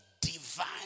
divine